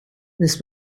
this